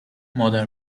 مادر